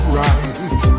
right